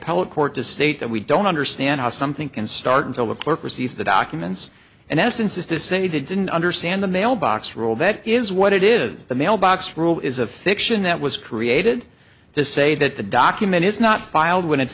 appellate court to state that we don't understand how something can start until the clerk receives the documents and essence is to say they didn't understand the mailbox rule that is what it is the mail box rule is a fiction that was created to say that the document is not filed when it's